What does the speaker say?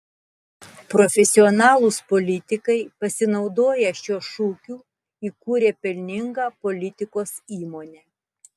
profesionalūs politikai pasinaudoję šiuo šūkiu įkūrė pelningą politikos įmonę